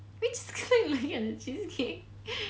it's clearly just cheesecake